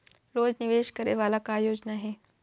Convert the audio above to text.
रोज निवेश करे वाला का योजना हे?